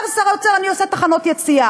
אומר שר האוצר: אני עושה תחנות יציאה.